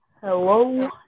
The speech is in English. Hello